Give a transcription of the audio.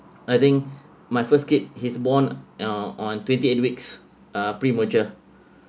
I think my first kid he's born uh on twenty eight weeks uh premature